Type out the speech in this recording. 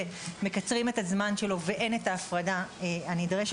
מקצרים את הזמן שלו ואין ההפרדה הנדרשת.